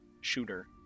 shooter